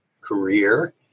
career